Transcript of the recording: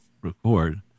record